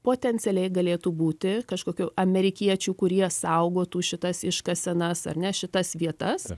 potencialiai galėtų būti kažkokių amerikiečių kurie saugotų šitas iškasenas ar ne šitas vietas